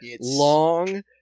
Long